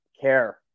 care